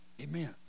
Amen